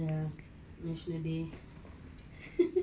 ya national day